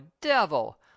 devil